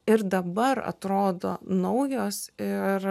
ir dabar atrodo naujos ir